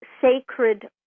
sacred